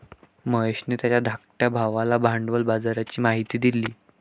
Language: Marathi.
महेशने त्याच्या धाकट्या भावाला भांडवल बाजाराची माहिती दिली